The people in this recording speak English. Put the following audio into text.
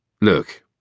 Look